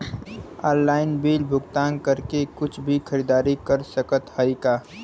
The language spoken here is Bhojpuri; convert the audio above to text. ऑनलाइन बिल भुगतान करके कुछ भी खरीदारी कर सकत हई का?